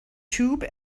tube